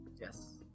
yes